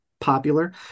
Popular